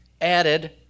added